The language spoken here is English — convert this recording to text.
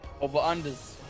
Over-unders